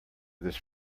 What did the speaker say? this